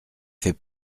fait